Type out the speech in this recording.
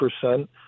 percent